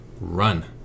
run